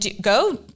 go